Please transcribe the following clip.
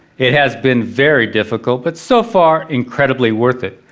it has been very difficult but so far incredibly worth it.